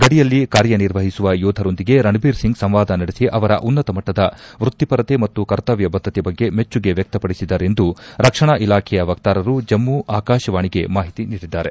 ಗಡಿಯಲ್ಲಿ ಕಾರ್ಯನಿರ್ವಹಿಸುವ ಯೋಧರೊಂದಿಗೆ ರಣಬೀರ್ ಸಿಂಗ್ ಸಂವಾದ ನಡೆಸಿ ಅವರ ಉನ್ನತ ಮಟ್ಟದ ವೃತಿಪರತೆ ಮತ್ತು ಕರ್ತವ್ಯ ಬದ್ದತೆ ಬಗ್ಗೆ ಮೆಚ್ಚುಗೆ ವ್ಯಕ್ತಪಡಿಸಿದರೆಂದು ರಕ್ಷಣಾ ಇಲಾಖೆಯ ವಕ್ತಾರರು ಜಮ್ಮ ಆಕಾಶವಾಣಿಗೆ ಮಾಹಿತಿ ನೀಡಿದ್ದಾರೆ